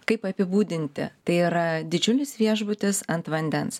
kaip apibūdinti tai yra didžiulis viešbutis ant vandens